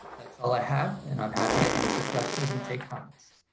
that's all i have. and i'm happy to answer questions and take comments.